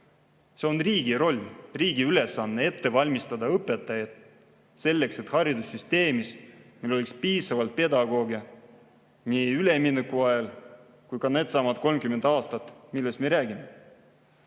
See on riigi roll, riigi ülesanne on ette valmistada õpetajaid, selleks et haridussüsteemis oleks piisavalt pedagooge nii ülemineku ajal kui ka nende 30 aasta jooksul, millest me räägime.